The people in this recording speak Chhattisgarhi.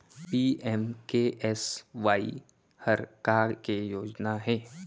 पी.एम.के.एस.वाई हर का के योजना हे?